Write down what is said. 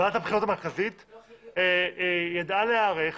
ועדת בחירות המרכזית ידעה להיערך